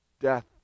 death